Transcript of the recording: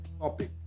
topic